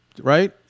right